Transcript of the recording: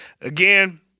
Again